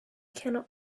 cannot